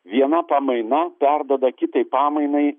viena pamaina perduoda kitai pamainai